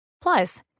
Plus